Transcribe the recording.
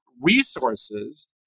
resources